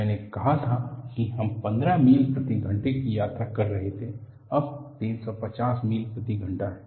मैंने कहा कि हम 15 मील प्रति घंटे की यात्रा कर रहे थे अब 350 मील प्रति घंटा है